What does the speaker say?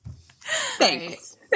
Thanks